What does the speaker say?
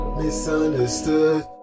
Misunderstood